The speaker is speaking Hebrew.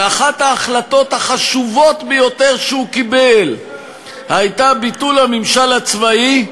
שאחת ההחלטות החשובות ביותר שהוא קיבל הייתה ביטול הממשל הצבאי,